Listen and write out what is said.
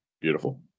Beautiful